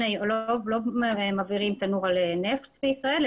לא מבעירים תנור על נפט בישראל,